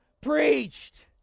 preached